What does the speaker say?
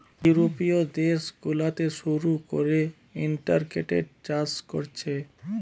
ইউরোপীয় দেশ গুলাতে শুরু কোরে ইন্টিগ্রেটেড চাষ কোরছে